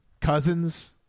Cousins